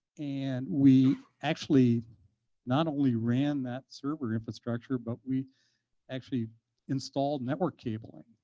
and we actually not only ran that server infrastructure, but we actually installed network cabling,